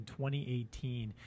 2018